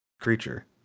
creature